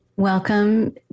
Welcome